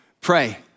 pray